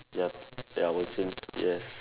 yup I will change yes